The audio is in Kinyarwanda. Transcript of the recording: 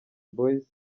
boyz